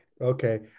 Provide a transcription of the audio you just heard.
Okay